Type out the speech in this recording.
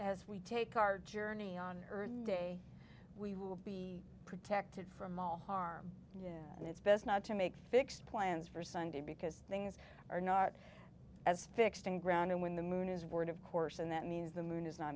as we take our journey on earth day we will be protected from all harm yeah and it's best not to make fixed plans for sunday because things are not as fixed in ground when the moon is worried of course and that means the moon is not